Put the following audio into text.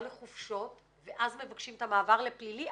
לחופשות ואז מבקשים את המעבר לפלילי,